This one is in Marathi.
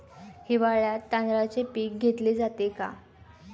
हिवाळ्यात तांदळाचे पीक घेतले जाते का?